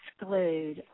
exclude